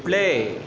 play